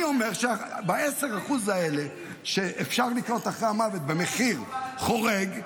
אני אומר שב-10% האלה שאפשר לקנות אחרי המוות במחיר חורג,